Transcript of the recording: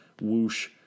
whoosh